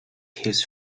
his